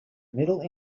middle